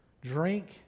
drink